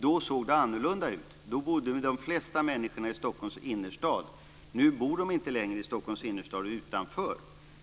Då bodde de flesta människorna i Stockholms innerstad. Nu bor de inte längre i Stockholms innerstad utan utanför.